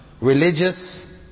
religious